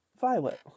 Violet